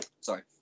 sorry